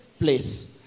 place